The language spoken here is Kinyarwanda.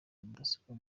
mudasobwa